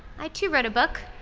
i too wrote a book,